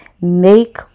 make